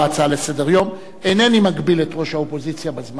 אינני מגביל את ראש האופוזיציה בזמן העומד לרשותו.